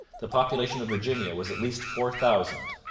the population of virginia was at least four thousand,